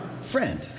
friend